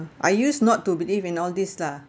I used not to believe in all these lah